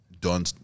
done